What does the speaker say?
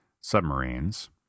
submarines